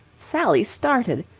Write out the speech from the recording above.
sally started.